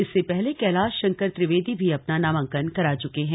इससे पहले कैलाश शंकर त्रिवेदी भी अपना नामांकन करा चुके हैं